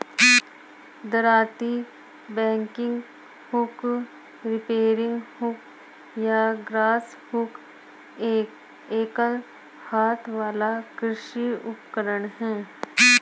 दरांती, bagging hook, reaping hook या grass hook एक एकल हाथ वाला कृषि उपकरण है